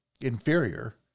inferior